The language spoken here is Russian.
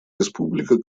республика